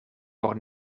por